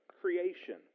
creation